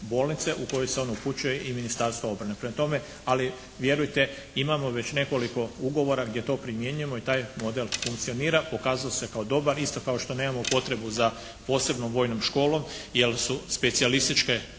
bolnice u koje se on upućuje i Ministarstva obrane. Prema tome, ali vjerujte imamo već nekoliko ugovora gdje to primjenjujemo i taj model funkcionira, pokazao se kao dobar i isto kao što nemamo potrebu za posebnom vojnom školom jer su specijalističke